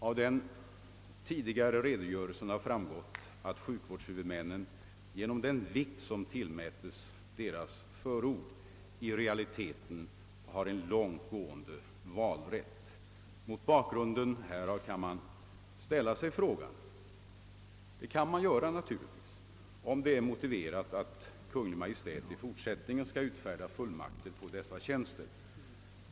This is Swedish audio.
Av min tidigare redogörelse har framgått att sjukvårdshuvudmännen genom den vikt, som deras förord tillmätes, i realiteten har en långt gående valrätt. Mot bakgrund härav kan naturligtvis frågan ställas, om det är motiverat att Kungl. Maj:t i fortsättningen skall utfärda fullmakter på dessa tjänster.